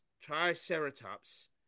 triceratops